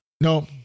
no